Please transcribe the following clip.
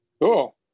Cool